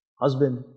Husband